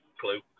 clue